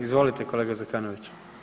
Izvolite kolega Zekanović.